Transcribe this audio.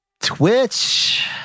Twitch